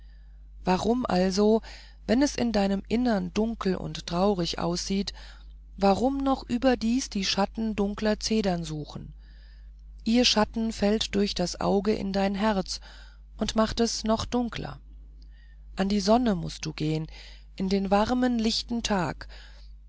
warum also wenn es in deinem innern dunkel und traurig aussieht warum noch überdies die schatten dunkler zedern suchen ihr schatten fällt durch das auge in dein herz und macht es noch dunkler an die sonne mußt du gehen in den warmen lichten tag